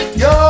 yo